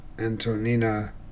Antonina